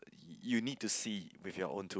you need to see with your own two